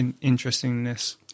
interestingness